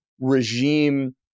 regime